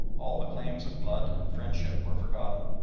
all the claims of blood and friendship were forgotten,